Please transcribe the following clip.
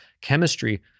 chemistry